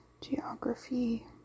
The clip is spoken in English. Geography